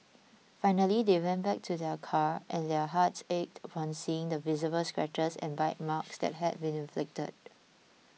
finally they went back to their car and their hearts ached upon seeing the visible scratches and bite marks